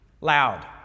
loud